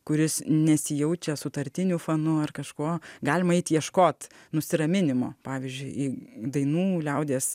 kuris nesijaučia sutartinių fanu ar kažkuo galima eit ieškot nusiraminimo pavyzdžiui į dainų liaudies